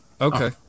Okay